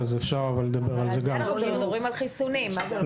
מדברים על חיסונים.